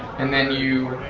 and then you,